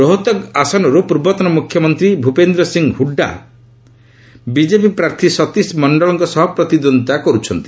ରୋହତଗ ଆସନରୁ ପୂର୍ବତନ ମୁଖ୍ୟମନ୍ତ୍ରୀ ଭୂପେନ୍ଦ୍ର ସିଂହ ହୁଡ୍ଡା ବିଜେପି ପ୍ରାର୍ଥୀ ସତୀଶ ମଣ୍ଡଳଙ୍କ ସହ ପ୍ରତିଦ୍ୱନ୍ଦ୍ୱିତା କରୁଛନ୍ତି